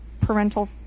parental